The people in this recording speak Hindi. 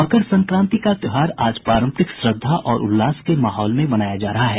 मकर संक्रांति का त्योहार आज पारंपारिक श्रद्धा और उल्लास के माहौल में मनाया जा रहा है